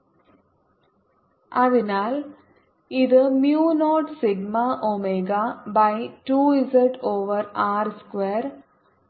0σωz2 ZR2z21d1x2 1 0σωz2 1 R2z2z 1zR2z2 0σωz2 R22z2zR2z2 2z അതിനാൽ ഇത് mu 0 sigma omega by 2 z over R square